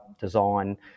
design